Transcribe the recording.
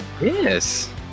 Yes